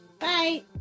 Bye